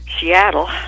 Seattle